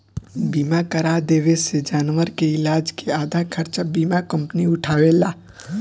बीमा करा देवे से जानवर के इलाज के आधा खर्चा बीमा कंपनी उठावेला